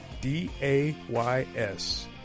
D-A-Y-S